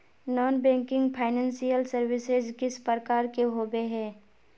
Non banking financial services किस प्रकार के होबे है?